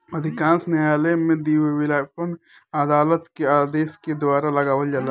अधिकांश न्यायालय में दिवालियापन अदालत के आदेश के द्वारा लगावल जाला